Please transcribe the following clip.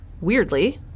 Weirdly